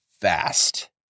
fast